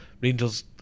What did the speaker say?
Rangers